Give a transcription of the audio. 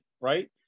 right